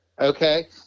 okay